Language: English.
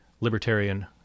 libertarian